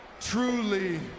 truly